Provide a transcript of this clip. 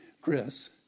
Chris